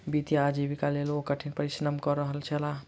वित्तीय आजीविकाक लेल ओ कठिन परिश्रम कय रहल छलाह